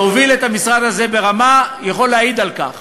שהוביל את המשרד הזה ברמה, יכול להעיד על כך.